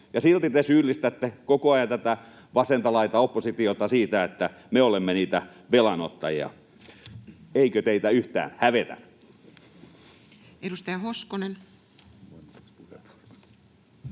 silti te syyllistätte koko ajan tätä vasenta laitaa, oppositiota, siitä, että me olemme niitä velanottajia. Eikö teitä yhtään hävetä? [Speech